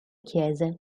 chiese